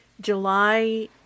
July